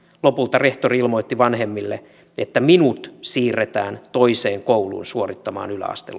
lopulta rehtori ilmoitti vanhemmille että hänet siirretään toiseen kouluun suorittamaan yläaste